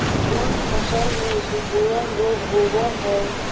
कोन फ़सल में सिकुड़न रोग होब है?